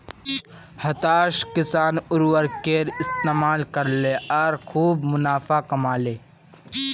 हताश किसान उर्वरकेर इस्तमाल करले आर खूब मुनाफ़ा कमा ले